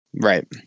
Right